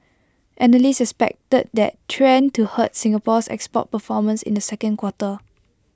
analysts expected that trend to hurt Singapore's export performance in the second quarter